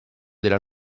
della